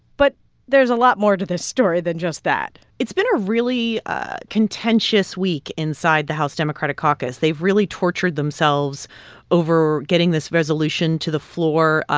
but there's a lot more to this story than just that it's been a really contentious week inside the house democratic caucus. they've really tortured themselves over getting this resolution to the floor.